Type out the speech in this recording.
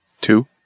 Two